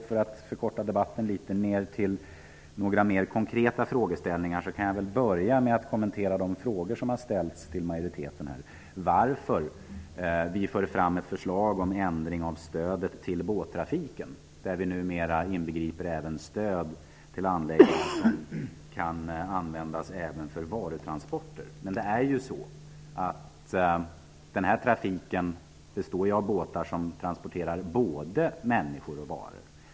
För att förkorta debatten något avser jag nu att tala om en del mera konkreta frågeställningar. Jag kan börja med att kommentera de frågor som har ställts till majoriteten. Det har frågats varför vi för fram ett förslag om ändring av stödet till båttrafiken. Vi inbegriper numera även stöd till anläggning som kan användas också för varutransporter. Det gäller trafik med båtar som transporterar både människor och varor.